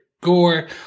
gore